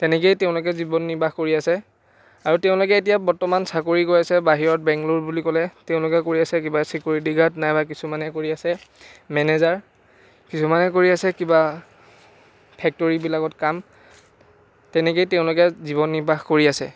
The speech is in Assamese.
তেনেকৈয়ে তেওঁলোকে জীৱন নিৰ্বাহ কৰি আছে আৰু তেওঁলোকে এতিয়া বৰ্তমান চাকৰি কৰি আছে বাহিৰত বেংগলোৰ বুলি ক'লে তেওঁলোকে কৰি আছে কিবা ছিকিউৰিটি গাৰ্ড নাইবা কিছুমানে কৰি আছে মেনেজাৰ কিছুমানে কৰি আছে কিবা ফেক্টৰিবিলাকত কাম তেনেকৈয়ে তেওঁলোকে জীৱন নিৰ্বাহ কৰি আছে